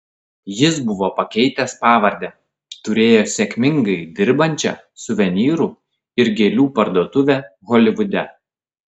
jis buvo pakeitęs pavardę turėjo sėkmingai dirbančią suvenyrų ir gėlių parduotuvę holivude